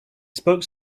spoke